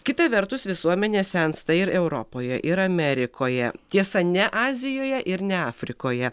kita vertus visuomenė sensta ir europoje ir amerikoje tiesa ne azijoje ir ne afrikoje